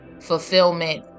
fulfillment